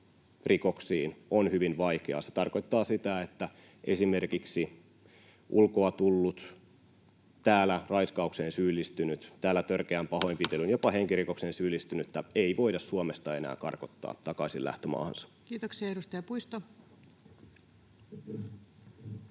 rikoksiin on hyvin vaikeaa. Se tarkoittaa sitä, että esimerkiksi ulkomailta tullutta täällä raiskaukseen syyllistynyttä, täällä törkeään pahoinpitelyyn, jopa henkirikokseen syyllistynyttä ei voida Suomesta enää karkottaa takaisin lähtömaahansa. [Speech 62] Speaker: Ensimmäinen